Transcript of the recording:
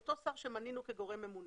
אותו שר שמינינו כגורם ממונה.